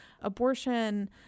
abortion